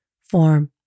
form